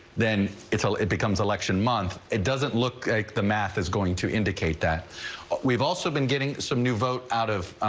then it's all it becomes election month. it doesn't look like the math is going to indicate that we've also been getting some new vote out